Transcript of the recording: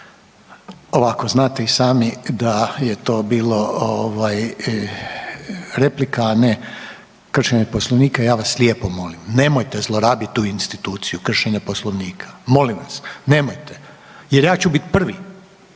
Ovako, znate i sami da je to bila replika a ne kršenje Poslovnika. Ja vas lijepo molim, nemojte zlorabiti tu instituciju kršenje Poslovnika. Molim vas, nemojte jer ja ću biti prvi